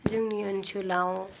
जोंनि ओनसोलाव